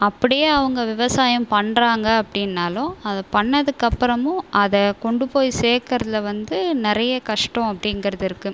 அப்படியே அவங்க விவசாயம் பண்ணுறாங்க அப்படின்னாலும் அதை பண்ணதுக்கப்புறமும் அதை கொண்டு போய் சேர்க்கறதுல வந்து நிறைய கஷ்ட அப்படிங்கிறது இருக்கு